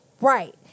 right